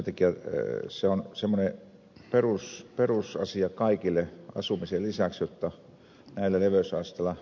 sen takia se on semmoinen perusasia kaikille asumisen lisäksi otto on hänelle myös ostoa